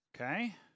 okay